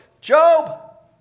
Job